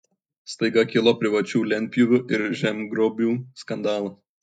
staiga kilo privačių lentpjūvių ir žemgrobių skandalas